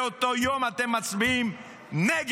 באותו יום אתם מצביעים נגד